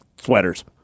sweaters